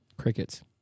Crickets